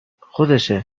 خودشه